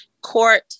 court